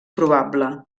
probable